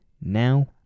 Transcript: now